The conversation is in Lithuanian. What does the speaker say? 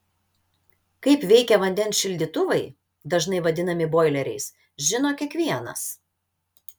kaip veikia vandens šildytuvai dažnai vadinami boileriais žino kiekvienas